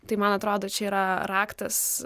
tai man atrodo čia yra raktas